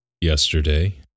yesterday